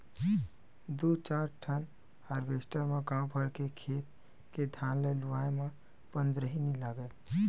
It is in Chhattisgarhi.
दू चार ठन हारवेस्टर म गाँव भर के खेत के धान ल लुवाए म पंदरही नइ लागय